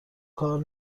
کار